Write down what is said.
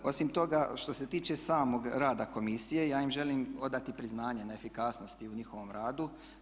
Osim toga što se tiče samog rada komisije ja im želim odati priznanje na efikasnosti u njihovom radu.